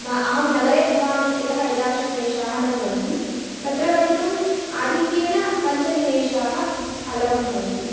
अहं नगरे भावामि इत्यतः एतादृशक्लेशाः न भवन्ति तत्र गन्तुं आधिक्येन पञ्चनिमेषाः अलं भवन्ति